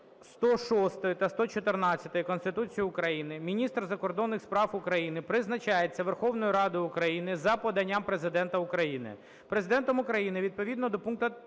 106 та 114 Конституції України міністр закордонних справ України призначається Верховною Радою України за поданням Президента України. Президентом України відповідно до пункту